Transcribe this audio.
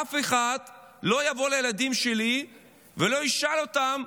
אף אחד לא יבוא לילדים שלי ולא ישאל אותם: